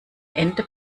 ende